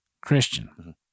Christian